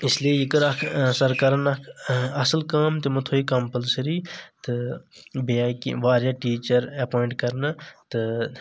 اس لیے یہِ کٔر اکھ سرکارن اکھ اصل کأم تِمو تھوو یہِ کمپلسری تہٕ بیٚیہِ آے کیٚنٛہہ واریاہ ٹیٖچر اٮ۪پبویٹ کرنہٕ تہٕ